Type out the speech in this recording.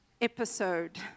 episode